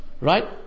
Right